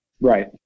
right